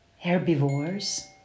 herbivores